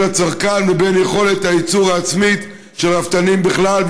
לצרכן ובין יכולת הייצור העצמית של רפתנים בכלל,